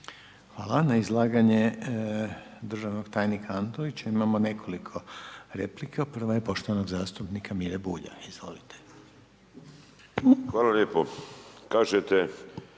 Hvala na izlaganje državnog tajnika Antonića imamo nekoliko replika, prva je poštovanog zastupnika Mire Bulja, izvolite. **Bulj, Miro